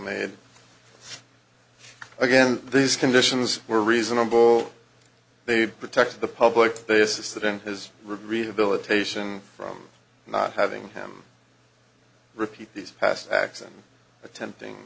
made again these conditions were reasonable they would protect the public they assisted in his rehabilitation from not having him repeat these past acts and attempting